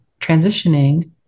transitioning